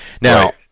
Now